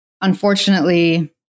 unfortunately